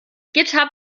github